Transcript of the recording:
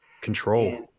Control